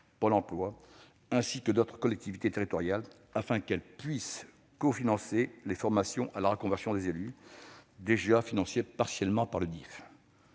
Pôle emploi et d'autres collectivités territoriales, afin qu'elles puissent cofinancer les formations à la reconversion des élus locaux déjà financées partiellement par le DIFE.